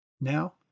Now